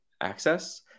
access